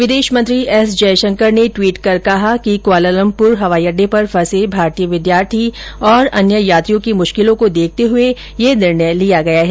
विदेश मंत्री एस जयशंकर ने ट्वीट कर कहा कि क्वालालम्पुर हवाई अड्डे पर फंसे भारतीय विद्यार्थी और अन्य यात्रियों की मुश्किलों को देखते हुए यह निर्णय लिया गया है